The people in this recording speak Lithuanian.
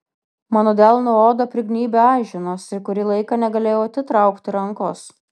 mano delno odą prignybė aiženos ir kurį laiką negalėjau atitraukti rankos